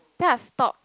then I stop